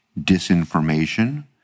disinformation